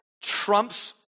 trumps